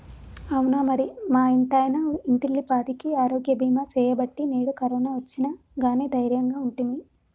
అవునా మరి మా ఇంటాయన ఇంటిల్లిపాదికి ఆరోగ్య బీమా సేయబట్టి నేడు కరోనా ఒచ్చిన గానీ దైర్యంగా ఉంటిమి